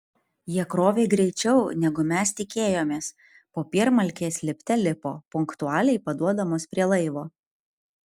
jie krovė greičiau negu mes tikėjomės popiermalkės lipte lipo punktualiai paduodamos prie laivo